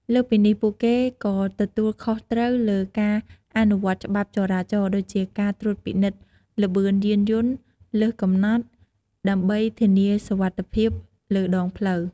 លើសពីនេះ ពួកគេក៏ទទួលខុសត្រូវលើការអនុវត្តច្បាប់ចរាចរណ៍ ដូចជាការត្រួតពិនិត្យល្បឿនយានយន្តលើសកំណត់ ដើម្បីធានាសុវត្ថិភាពលើដងផ្លូវ។